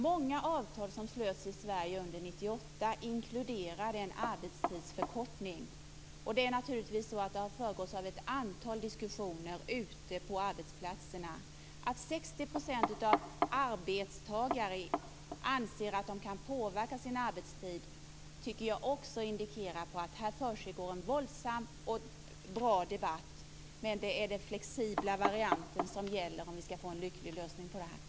Många avtal som slöts i Sverige under 1998 inkluderade en arbetstidsförkortning. Detta har naturligtvis föregåtts av ett antal diskussioner ute på arbetsplatserna. Att 60 % av arbetstagarna anser att de kan påverka sin arbetstid tycker jag också indikerar att det försiggår en våldsam och bra debatt, men det är den flexibla varianten som gäller om vi skall få en lyckad lösning på det här.